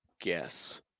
guess